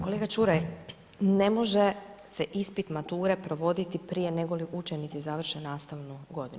Kolega Čuraj, ne može se ispit mature provoditi prije negoli učenici završe nastavnu godinu.